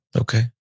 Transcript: Okay